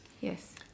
Yes